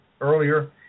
earlier